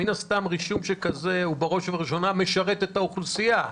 מן הסתם רישום שכזה הוא בראש ובראשונה משרת את האוכלוסייה.